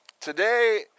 Today